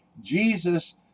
Jesus